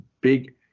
big